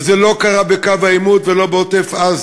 וזה לא קרה בקו העימות ולא בעוטף-עזה,